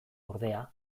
ordea